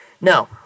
No